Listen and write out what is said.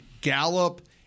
Gallup